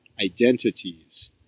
identities